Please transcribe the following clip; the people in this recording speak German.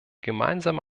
gemeinsame